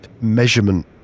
measurement